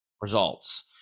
results